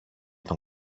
τον